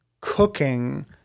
cooking